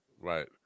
Right